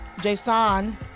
Jason